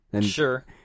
Sure